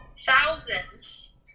thousands